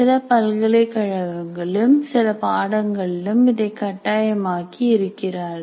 சில பல்கலைக்கழகங்களிலும் சில பாடங்களிலும் இதை கட்டாயமாக்கி இருக்கிறார்கள்